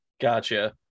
Gotcha